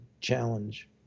challenge